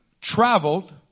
traveled